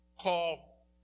call